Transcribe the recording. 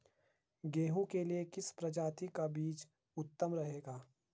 गेहूँ के लिए किस प्रजाति का बीज उत्तम रहेगा?